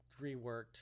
reworked